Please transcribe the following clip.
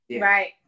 right